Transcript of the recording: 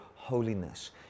holiness